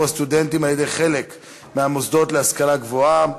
הסטודנטים על-ידי חלק מהמוסדות להשכלה גבוהה,